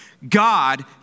God